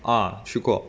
uh 去过